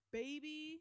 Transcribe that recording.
baby